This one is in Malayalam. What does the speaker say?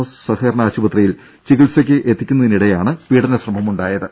എസ് സഹകരണ ആശുപത്രിയിൽ ചികിത്സക്ക് എത്തിക്കുന്നതിനിടെയാണ് പീഡന ശ്രമം ഉണ്ടായത്